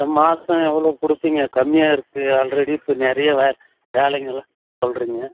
மாதம் எவ்வளோ கொடுப்பீங்க கம்மியாக இருக்கு ஆல்ரெடி இப்போ நிறையா வே வேலைங்கள்லாம் சொல்லுறீங்க